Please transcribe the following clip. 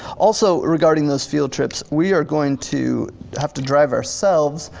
also regarding those field trips, we are going to have to drive ourselves,